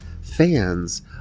Fans